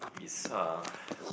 is ah